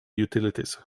utilities